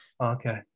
Okay